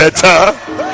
better